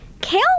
Kale